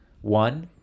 one